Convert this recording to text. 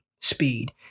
speed